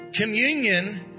Communion